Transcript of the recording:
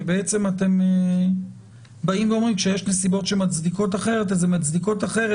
כי בעצם אתם אומרים שכשיש נסיבות שמצדיקות אחרת אז הן מצדיקות אחרת,